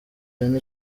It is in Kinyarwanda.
ihene